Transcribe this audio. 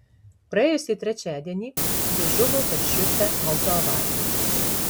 praėjusį trečiadienį ji žuvo per šiurpią autoavariją